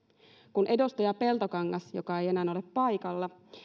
kun edustaja peltokangas joka ei enää ole paikalla